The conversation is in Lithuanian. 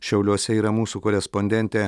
šiauliuose yra mūsų korespondentė